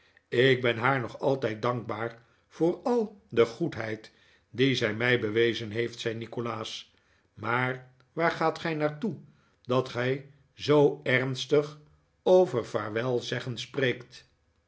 ik ben haar nog altijd dankbaar voor al de goedheid die zij mij bewezen heeft zei nikolaas maar waar gaat gij naar toe dat gij zoo ernstig over vaarwel zeggen spreekt